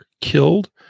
killed